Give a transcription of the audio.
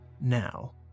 Now